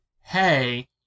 hey